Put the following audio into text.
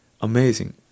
amazing